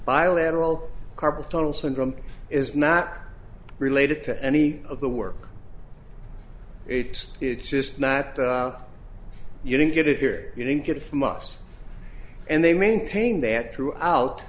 bilateral carpal tunnel syndrome is not related to any of the work it's it's just not you didn't get it here you didn't get it from us and they maintain that throughout